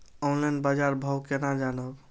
Online बाजार भाव केना जानब?